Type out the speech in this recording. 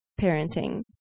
parenting